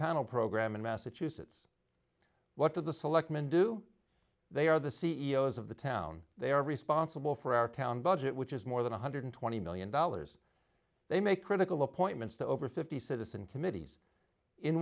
panel program in massachusetts what do the selectmen do they are the c e o s of the town they are responsible for our town budget which is more than one hundred and twenty million dollars they make critical appointments to over fifty citizen committees in